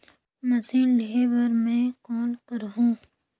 Machine लेहे बर मै कौन करहूं?